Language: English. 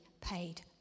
paid